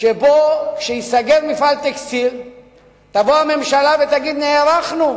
שבו ייסגר מפעל טקסטיל ותבוא הממשלה ותגיד: נערכנו,